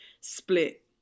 split